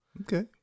Okay